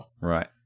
Right